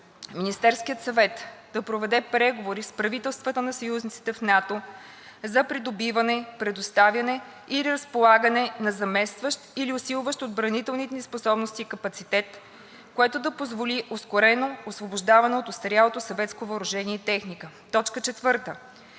Министерският съвет да проведе преговори с правителствата на съюзниците в НАТО за придобиване, предоставяне или разполагане на заместващ или усилващ отбранителните ни способности капацитет, което да позволи ускорено освобождаване от остарялото съветско въоръжение